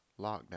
lockdown